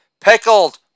pickled